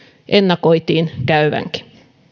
ennakoitiin käyvänkin